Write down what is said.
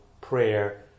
prayer